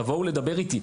תבואו לדבר איתי.